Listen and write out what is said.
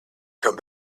come